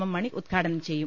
M Mani ഉദ് ഘാടനം ചെയ്യും